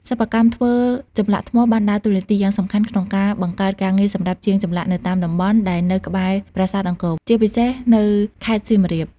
សិប្បកម្មធ្វើចម្លាក់ថ្មបានដើរតួនាទីយ៉ាងសំខាន់ក្នុងការបង្កើតការងារសម្រាប់ជាងចម្លាក់នៅតាមតំបន់ដែលនៅក្បែរប្រាសាទអង្គរ ជាពិសេសនៅខេត្តសៀមរាប។